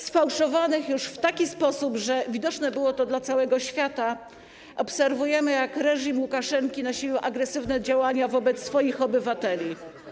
sfałszowanych w taki sposób, że było to widoczne dla całego świata, obserwujemy, jak reżim Łukaszenki nasilił agresywne działania wobec swoich obywateli.